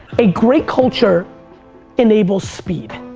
a great culture enables speed.